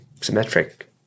symmetric